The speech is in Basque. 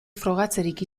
frogatzerik